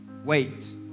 Wait